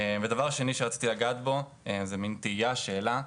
הדבר השני שרציתי לגעת בו, זו תהייה, שאלה,